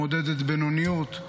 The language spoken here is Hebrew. מעודדת בינוניות,